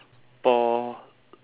my one don't have